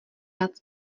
nad